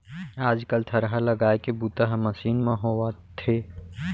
आज कल थरहा लगाए के बूता ह मसीन म होवथे